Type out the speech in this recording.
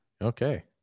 okay